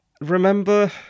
remember